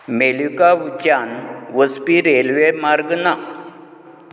मेलुकावूच्यान वचपी रेल्वेमार्ग ना